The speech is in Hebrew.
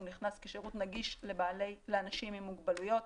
הוא נכנס כשירות נגיש לאנשים עם מוגבלויות.